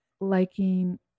liking